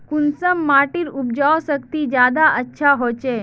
कुंसम माटिर उपजाऊ शक्ति ज्यादा अच्छा होचए?